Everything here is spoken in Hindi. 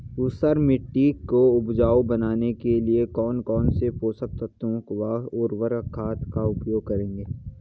ऊसर मिट्टी को उपजाऊ बनाने के लिए कौन कौन पोषक तत्वों व उर्वरक खाद का उपयोग करेंगे?